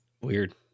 weird